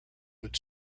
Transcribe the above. would